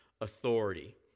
authority